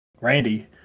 Randy